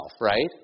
Right